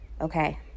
Okay